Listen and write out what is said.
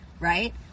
Right